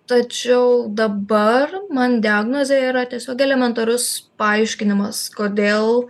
tačiau dabar man diagnozė yra tiesiog elementarus paaiškinimas kodėl